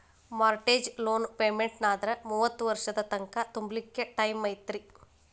mortgage loan ಪೆಮೆನ್ಟಾದ್ರ ಮೂವತ್ತ್ ವರ್ಷದ್ ತಂಕಾ ತುಂಬ್ಲಿಕ್ಕೆ ಟೈಮಿರ್ತೇತಿ